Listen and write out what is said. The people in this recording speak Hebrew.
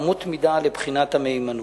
אמות מידה לבחינת המהימנות.